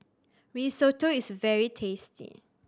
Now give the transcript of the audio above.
risotto is very tasty